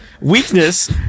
Weakness